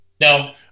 No